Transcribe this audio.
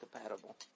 compatible